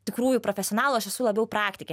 tikrųjų profesionalų aš esu labiau praktikė